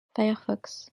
firefox